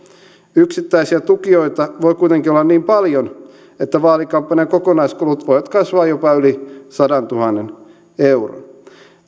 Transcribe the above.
yksittäisiä tukijoita voi kuitenkin olla niin paljon että vaalikampanjan kokonaiskulut voivat kasvaa jopa yli sadantuhannen euron